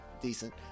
decent